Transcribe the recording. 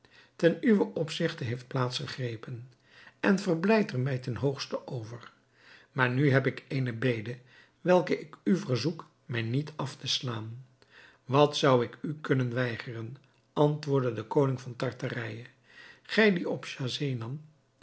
ten uwen opzigte heeft plaats gegrepen en verblijd er mij ten hoogste over maar nu heb ik eene bede welke ik u verzoek mij niet af te slaan wat zou ik u kunnen weigeren antwoordde de koning van tartarije gij die op